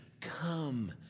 Come